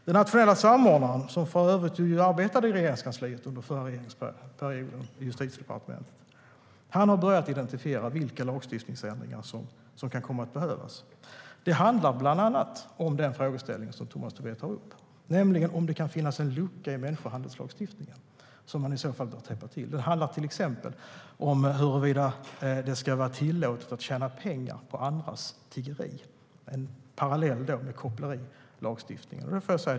Den nationella samordnaren, som för övrigt arbetade i Justitiedepartementet under den förra regeringsperioden, har börjat identifiera vilka lagstiftningsändringar som kan komma att behövas. Det handlar bland annat om den frågeställning som Tomas Tobé tar upp, nämligen om det kan finnas en lucka i människohandelslagstiftningen som man i så fall bör täppa till. Det handlar till exempel om huruvida det ska vara tillåtet att tjäna pengar på andras tiggeri - en parallell till kopplerilagstiftningen.